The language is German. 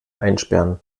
einsperren